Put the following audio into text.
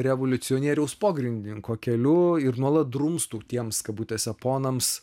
revoliucionieriaus pogrindininko keliu ir nuolat drumstų tiems kabutėse ponams